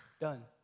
Done